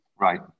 Right